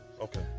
okay